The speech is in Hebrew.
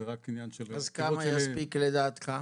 אז כמה יספיק לדעתך?